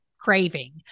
Craving